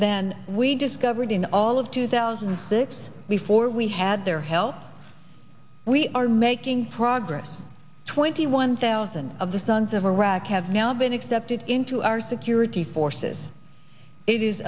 than we discovered in all of two thousand and six before we had their help we are making progress twenty one thousand of the sons of iraq have now been accepted into our security forces it is